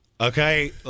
okay